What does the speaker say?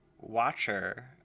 watcher